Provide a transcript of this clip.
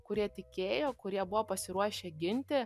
kurie tikėjo kurie buvo pasiruošę ginti